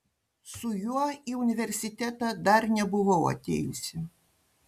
su juo į universitetą dar nebuvau atėjusi